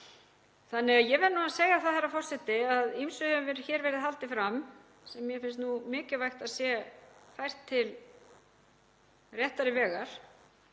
þannig að ég verð að segja það, herra forseti, að ýmsu hefur verið haldið fram sem mér finnst nú mikilvægt að sé fært til réttari vegar